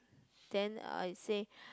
then I say